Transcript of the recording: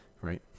right